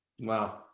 Wow